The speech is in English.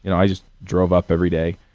and i just drove up every day.